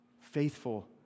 faithful